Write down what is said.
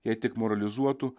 jei tik moralizuotų